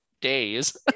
days